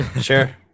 Sure